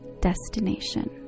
destination